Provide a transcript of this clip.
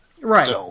right